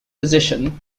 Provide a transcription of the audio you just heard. position